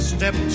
Step